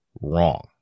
wrong